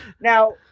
Now